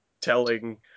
telling